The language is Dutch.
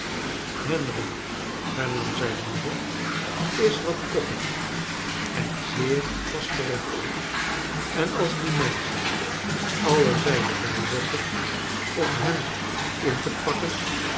henry hernam zijne moeder is wat koppig en zeer vastberaden en als die menschen alle zeilen bijzetten om hem in te pakken